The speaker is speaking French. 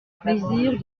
plaisir